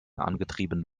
angetrieben